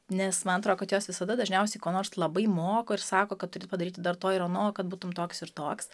nes man atrodo kad jos visada dažniausiai ko nors labai moko ir sako kad turi padaryti dar to ir ano kad būtum toks ir toks